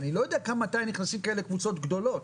אז אני לא יודע מתי נכנסות כאלה קבוצות גדולות.